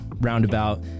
roundabout